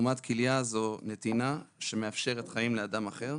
תרומת כליה זו נתינה שמאפשרת חיים לאדם אחר.